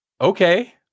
Okay